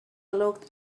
looked